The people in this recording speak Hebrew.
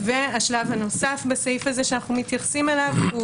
השלב הנוסף בסעיף הזה שאנחנו מתייחסים אליו הוא